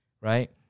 right